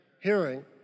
hearing